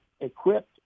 equipped